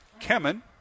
Kemen